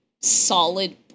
solid